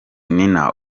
nina